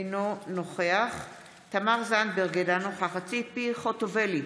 אינו נוכח תמר זנדברג, אינה נוכחת ציפי חוטובלי,